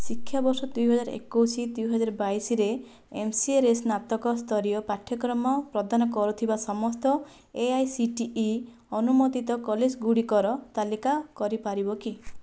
ଶିକ୍ଷାବର୍ଷ ଦୁଇହଜାର ଏକୋଉଶ ଦୁଇହଜାର ବାଇଶରେ ଏମ୍ସିଏରେ ସ୍ନାତକ ସ୍ତରୀୟ ପାଠ୍ୟକ୍ରମ ପ୍ରଦାନ କରୁଥିବା ସମସ୍ତ ଏଆଇସିଟିଇ ଅନୁମୋଦିତ କଲେଜଗୁଡ଼ିକର ତାଲିକା କରିପାରିବ କି